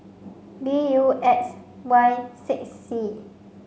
B U X Y six C